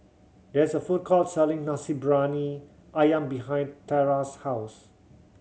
there's a food court selling Nasi Briyani Ayam behind Terra's house